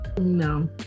no